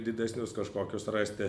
didesnius kažkokius rasti